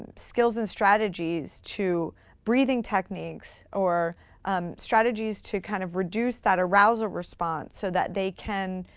skills and strategies to breathing techniques or um strategies to kind of reduce that arousal response, so that they can